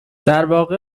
درواقع